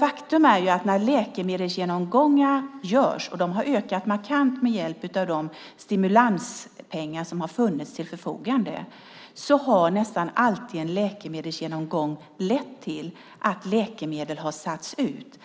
Faktum är att när läkemedelsgenomgångar görs, och de har ökat markant med hjälp av de stimulanspengar som har funnits till förfogande, har de nästan alltid lett till att läkemedel har satts ut.